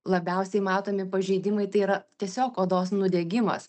labiausiai matomi pažeidimai tai yra tiesiog odos nudegimas